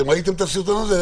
ראיתם את הסרטון הזה?